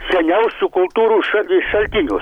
seniausių kultūrų šal šaltinius